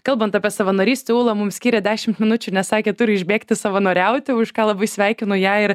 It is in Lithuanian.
kalbant apie savanorystę ūla mums skyrė dešimt minučių nes sakė turi išbėgti savanoriauti už ką labai sveikinu ją ir